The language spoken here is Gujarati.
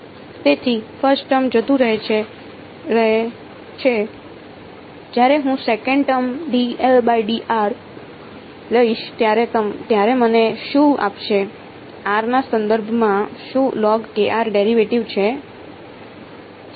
તેથી ફર્સ્ટ ટર્મ જતું રહે છે જ્યારે હું સેકંડ ટર્મ લઈશ ત્યારે મને શું આપશે r ના સંદર્ભમાં શું ડેરિવેટિવ છે